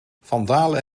vandalen